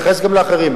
אני אתייחס גם לאחרים,